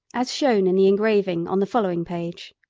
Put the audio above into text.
as shown in the engraving on the following page.